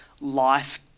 life